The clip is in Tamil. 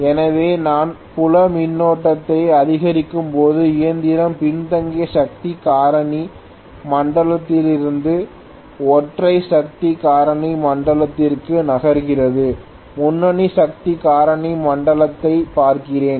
எனவே நான் புல மின்னோட்டத்தை அதிகரிக்கும்போது இயந்திரம் பின்தங்கிய சக்தி காரணி மண்டலத்திலிருந்து ஒற்றுமை சக்தி காரணி மண்டலத்திற்கு நகர்ந்தது முன்னணி சக்தி காரணி மண்டலத்தையும் பார்க்கிறேன்